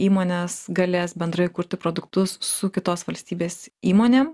įmonės galės bendrai kurti produktus su kitos valstybės įmonėm